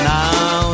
now